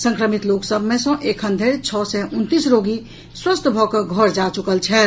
संक्रमित लोक सभ मे सँ एखन धरि छओ सय उनतीस रोगी स्वस्थ भऽ कऽ अपन घर जा चुकल छथि